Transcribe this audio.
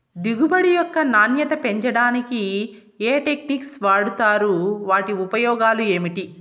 దిగుబడి యొక్క నాణ్యత పెంచడానికి ఏ టెక్నిక్స్ వాడుతారు వాటి ఉపయోగాలు ఏమిటి?